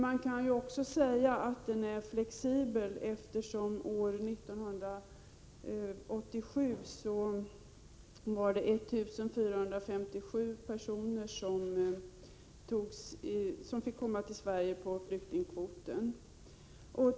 Man kan också säga att den är flexibel, eftersom det år 1987 var 1457 personer som fick komma till Sverige på flyktingkvoten.